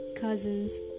cousins